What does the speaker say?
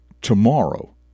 tomorrow